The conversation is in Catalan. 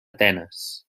atenes